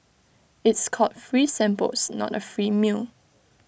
it's called free samples not A free meal